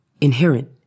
inherent